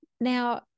Now